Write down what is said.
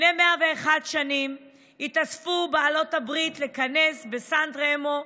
לפני 101 שנה התאספו בעלות הברית לכנס בסן רמו.